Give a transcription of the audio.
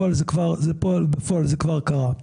זה לא חל אחורה?